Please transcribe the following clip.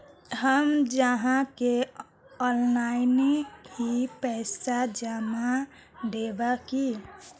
हम आहाँ के ऑनलाइन ही पैसा जमा देब की?